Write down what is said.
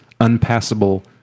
unpassable